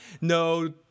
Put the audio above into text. No